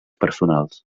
personals